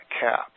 cap